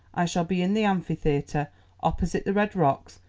i shall be in the amphitheatre opposite the red rocks,